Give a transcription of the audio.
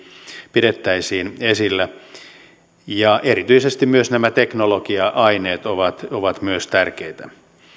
pidettäisiin esillä erityisesti myös nämä teknologia aineet ovat ovat tärkeitä